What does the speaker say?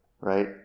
Right